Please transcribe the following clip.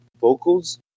vocals